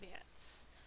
advance